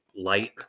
light